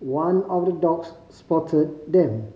one of the dogs spotted them